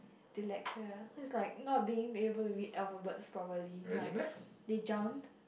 dyslexia is like not being able to read alphabets properly like they jump